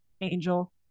angel